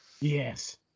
Yes